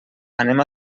anem